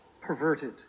perverted